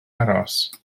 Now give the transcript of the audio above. aros